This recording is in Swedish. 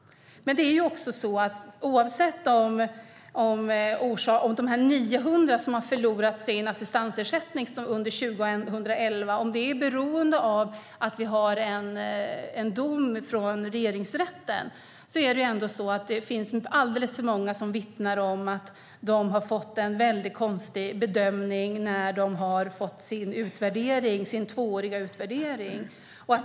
Oavsett om de 900 personer som under år 2011 förlorat sin assistansersättning är beroende av att det finns en dom från Regeringsrätten är det alldeles för många som vittnar om en mycket konstig bedömning när de fått sin tvåårsutvärdering.